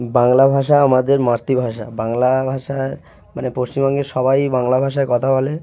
বাংলা ভাষা আমাদের মাতৃভাষা বাংলা ভাষায় মানে পশ্চিমবঙ্গের সবাই বাংলা ভাষায় কথা বলে